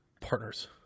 partners